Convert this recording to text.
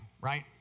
right